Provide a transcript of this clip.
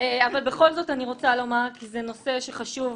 אבל בכל זאת אני רוצה לומר כי זה נושא חשוב.